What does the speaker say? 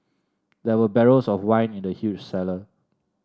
there were barrels of wine in the huge cellar